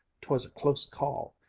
twas a close call.